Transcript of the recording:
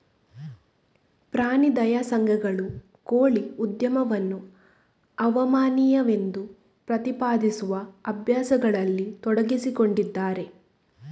ಪ್ರಾಣಿ ದಯಾ ಸಂಘಗಳು ಕೋಳಿ ಉದ್ಯಮವನ್ನು ಅಮಾನವೀಯವೆಂದು ಪ್ರತಿಪಾದಿಸುವ ಅಭ್ಯಾಸಗಳಲ್ಲಿ ತೊಡಗಿಸಿಕೊಂಡಿದ್ದಾರೆ